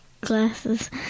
glasses